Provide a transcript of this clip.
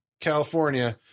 California